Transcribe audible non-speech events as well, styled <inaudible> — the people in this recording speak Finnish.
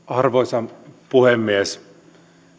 <unintelligible> arvoisa puhemies